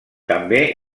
també